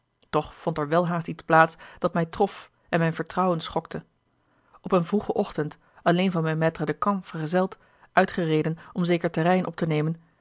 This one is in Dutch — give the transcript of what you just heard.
toch vond er welhaast iets plaats dat mij trof en mijn vertrouwen schokte op een vroegen ochtend alleen van mijn maistre de camp vergezeld uitgereden om zeker terrein op te nemen